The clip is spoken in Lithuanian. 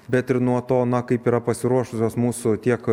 bet ir nuo to na kaip yra pasiruošusios mūsų tiek